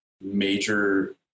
major